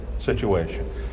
situation